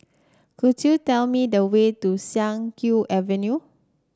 could you tell me the way to Siak Kew Avenue